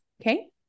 Okay